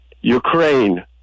Ukraine